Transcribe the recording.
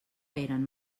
eren